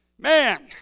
Man